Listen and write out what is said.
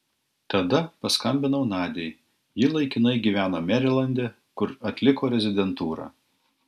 tada paskambinau nadiai ji laikinai gyveno merilande kur atliko rezidentūrą